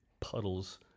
Puddles